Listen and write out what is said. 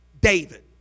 David